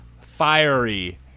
fiery